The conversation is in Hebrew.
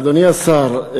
אדוני השר,